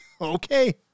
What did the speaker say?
Okay